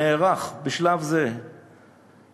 נערך בשלב זה להקשבה,